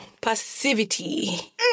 passivity